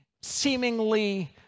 seemingly